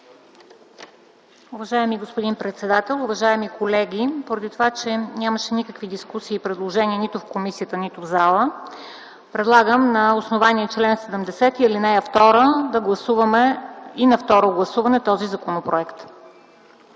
Уважаеми господин председател, уважаеми колеги! Поради това, че нямаше никакви дискусии и предложения нито в комисията, нито в залата предлагам на основание чл. 70, ал. 2 да гласуваме и на второ четене този законопроект.